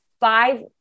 five